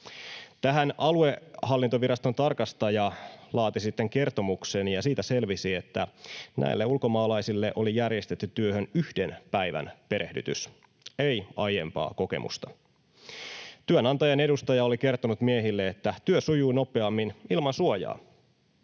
Tähän Aluehallintoviraston tarkastaja laati sitten kertomuksen ja siitä selvisi, että näille ulkomaalaisille oli järjestetty työhön yhden päivän perehdytys, ei aiempaa kokemusta. Työnantajan edustaja oli kertonut miehille, että työ sujuu nopeammin ilman suojaa.